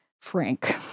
Frank